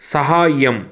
सहाय्यम्